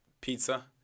pizza